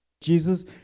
Jesus